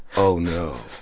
oh no.